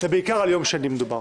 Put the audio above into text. מדובר